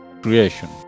creation